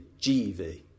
GV